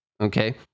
okay